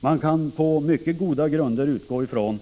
Man kan på mycket goda grunder utgå från